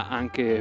anche